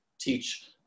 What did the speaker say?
teach